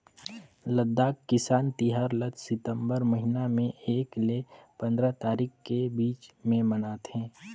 लद्दाख किसान तिहार ल सितंबर महिना में एक ले पंदरा तारीख के बीच में मनाथे